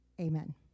Amen